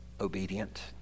obedient